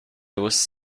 was